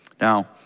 Now